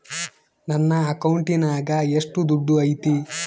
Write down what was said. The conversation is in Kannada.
ನನ್ನ ಅಕೌಂಟಿನಾಗ ಎಷ್ಟು ದುಡ್ಡು ಐತಿ?